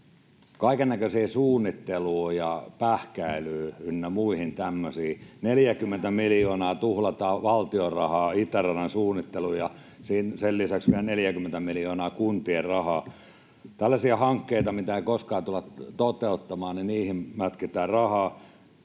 kaikennäköiseen suunnitteluun ja pähkäilyyn ynnä muihin tämmöisiin. 40 miljoonaa tuhlataan valtion rahaa itäradan suunnitteluun ja sen lisäksi vielä 40 miljoonaa kuntien rahaa. Tällaisiin hankkeisiin, joita ei koskaan tulla toteuttamaan, mätkitään rahaa.